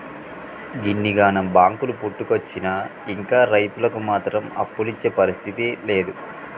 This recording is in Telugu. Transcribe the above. గిన్నిగనం బాంకులు పుట్టుకొచ్చినా ఇంకా రైతులకు మాత్రం అప్పులిచ్చే పరిస్థితి లేదు